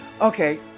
Okay